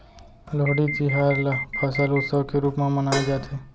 लोहड़ी तिहार ल फसल उत्सव के रूप म मनाए जाथे